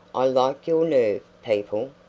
i like your nerve, people,